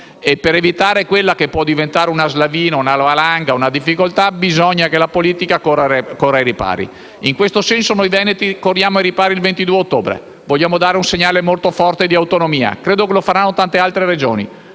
Per evitare quella che può diventare una slavina, una valanga, una difficoltà, bisogna che la politica corra ai ripari. In questo senso noi veneti corriamo ai ripari il 22 ottobre. Vogliamo dare un segnale molto forte di autonomia. Credo lo faranno tante altre Regioni,